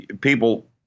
people